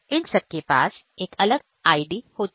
इन सब के पास एक अलग ID होती है